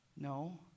No